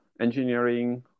Engineering